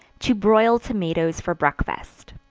to broil tomatoes for breakfast.